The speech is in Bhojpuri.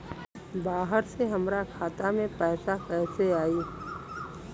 बाहर से हमरा खाता में पैसा कैसे आई?